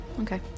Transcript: okay